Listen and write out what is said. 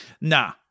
Nah